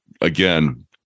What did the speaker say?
again